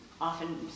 often